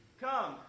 Come